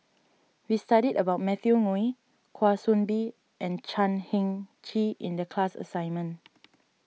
we studied about Matthew Ngui Kwa Soon Bee and Chan Heng Chee in the class assignment